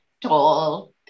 tall